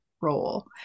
role